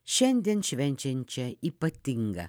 šiandien švenčiančią ypatingą